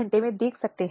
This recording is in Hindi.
बन जाती है